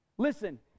Listen